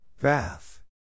Bath